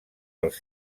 els